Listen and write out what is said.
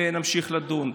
ונמשיך לדון.